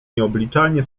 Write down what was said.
nieobliczalnie